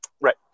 Right